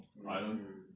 mm